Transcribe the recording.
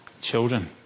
children